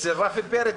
אצל רפי פרץ,